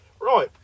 Right